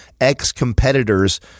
ex-competitors